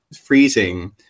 freezing